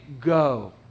Go